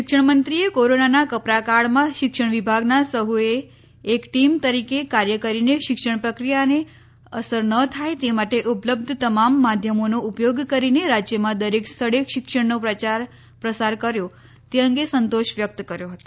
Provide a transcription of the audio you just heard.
શિક્ષણ મંત્રીએ કોરોનાના કપરા કાળમાં શિક્ષણ વિભાગના સહએ એક ટીમ તરીકે કાર્ય કરીને શિક્ષણ પ્રક્રિયાને અસર ન થાય તે માટે ઉપલબ્ધ તમામ માધ્યમોનો ઉપયોગ કરીને રાજ્યમાં દરેક સ્થળે શિક્ષણનો પ્રચાર પ્રસાર કર્યો તે અંગે સંતોષ વ્યક્ત કર્યો હતો